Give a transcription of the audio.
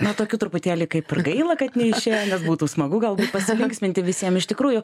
na tokių truputėlį kaip gaila kad neišėjo nes būtų smagu gal pasilinksminti visiem iš tikrųjų